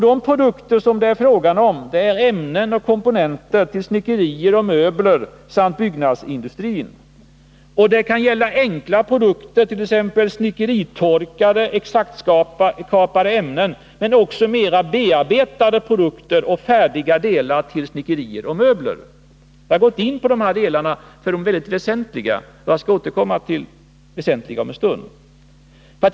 De produkter som det är fråga om är ämnen och komponenter till snickerier och möbler samt till byggnadsindustrin. Det kan gälla enkla produkter, t.ex. snickeritorkade, exaktkapade ämnen, men även mer bearbetade produkter och färdiga delar till snickerier och möbler. Jag har gått in på detta, därför att det är väldigt väsentligt, och jag skall återkomma härtill om en stund.